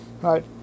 right